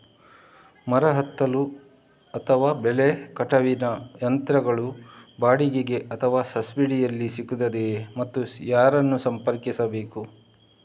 ಮರ ಹತ್ತಲು ಅಥವಾ ಬೆಲೆ ಕಟಾವಿನ ಯಂತ್ರಗಳು ಬಾಡಿಗೆಗೆ ಅಥವಾ ಸಬ್ಸಿಡಿಯಲ್ಲಿ ಸಿಗುತ್ತದೆಯೇ ಮತ್ತು ಯಾರನ್ನು ಸಂಪರ್ಕಿಸಬೇಕು?